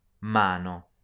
Mano